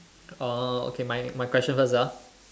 oh okay my my question first ah